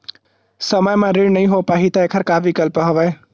समय म ऋण नइ हो पाहि त एखर का विकल्प हवय?